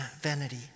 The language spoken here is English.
vanity